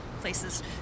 places